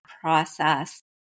process